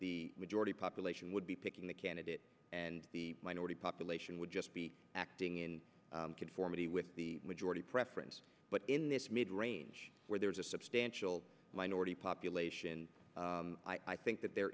the majority population would be picking the candidate and the minority population would just be acting in conformity with the majority preference but in this mid range where there is a substantial minority population i think that there